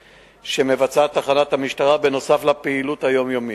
שמבצעת תחנת המשטרה נוסף על הפעילות היומיומית: